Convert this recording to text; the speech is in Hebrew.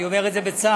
ואני אומר את זה בצער,